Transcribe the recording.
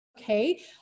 okay